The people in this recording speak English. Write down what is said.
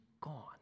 gone